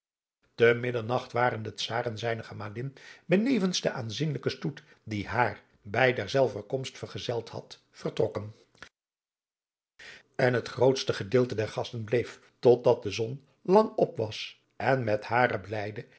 te middernacht waren de czaar en zijne gemalin benevens de aanzienlijke stoet die haar bij derzelver komst adriaan loosjes pzn het leven van johannes wouter blommesteyn vergezeld had vertrokken en het grootst gedeelte der gasten bleef tot dat de zon lang op was en met hare